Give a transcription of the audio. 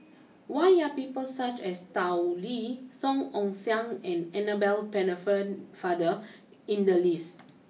why are people such as Tao Li Song Ong Siang and Annabel Pennefa father in the list